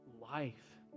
life